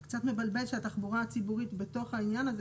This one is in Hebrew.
זה קצת מבלבל שהתחבורה הציבורית בתוך העניין הזה,